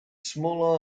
small